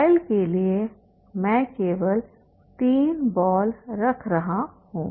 trial के लिए मैं केवल 3 बॉल रख रहा हूं